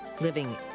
Living